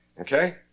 Okay